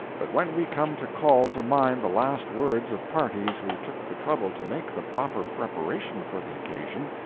but when we come to call to mind the last words of parties who took the trouble to make the proper preparation for the occasion,